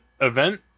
event